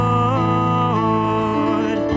Lord